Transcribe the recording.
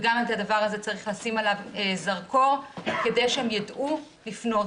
וגם על הדבר הזה צריך לשים זרקור כדי שהם ידעו לפנות.